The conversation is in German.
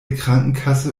krankenkasse